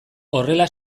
horrela